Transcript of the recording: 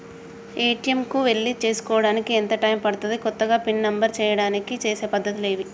ATM కు వెళ్లి చేసుకోవడానికి ఎంత టైం పడుతది? కొత్తగా పిన్ నంబర్ చేయడానికి చేసే పద్ధతులు ఏవి?